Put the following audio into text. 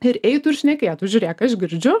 ir eitų ir šnekėtų žiūrėk aš girdžiu